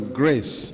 grace